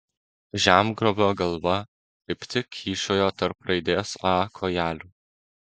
žemgrobio galva kaip tik kyšojo tarp raidės a kojelių